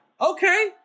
Okay